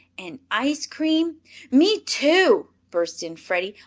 and ice cream me too! burst in freddie.